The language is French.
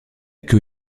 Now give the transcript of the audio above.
queue